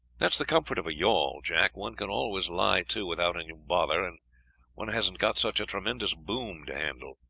that's the comfort of a yawl, jack one can always lie to without any bother, and one hasn't got such a tremendous boom to handle.